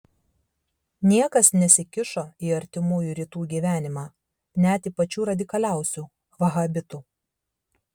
niekas nesikišo į artimųjų rytų gyvenimą net į pačių radikaliausių vahabitų